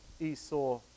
Esau